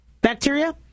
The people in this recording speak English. bacteria